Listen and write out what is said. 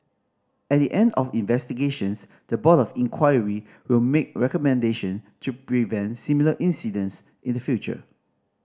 at the end of investigations the Board of Inquiry will make recommendation to prevent similar incidents in the future